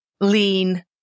lean